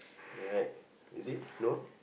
right is it no